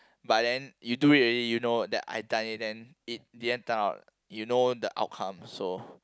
but then you do it already you know that I done it then in the end turn out you know the outcome so